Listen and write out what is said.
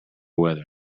weather